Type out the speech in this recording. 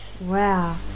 Wow